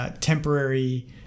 temporary